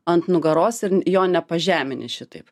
ant nugaros ir jo nepažemini šitaip